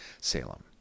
Salem